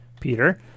Peter